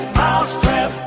mousetrap